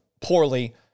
poorly